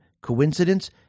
Coincidence